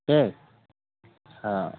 ठीक